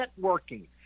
networking